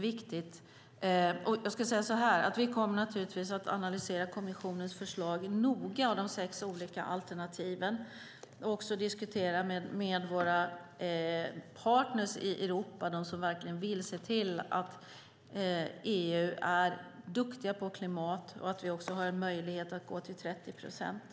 Vi kommer naturligtvis att analysera kommissionens förslag noga och de sex olika alternativen. Vi kommer också att diskutera med våra partner i Europa, de som verkligen vill se till att EU är duktigt på klimat, så att vi har en möjlighet att gå till 30 procent.